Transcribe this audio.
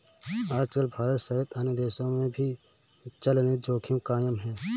आजकल भारत सहित अन्य देशों में भी चलनिधि जोखिम कायम है